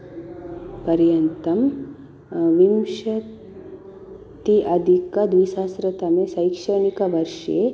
पर्यन्तं विंशत्यधिकद्विसहस्रतमे शैक्षणिकवर्षे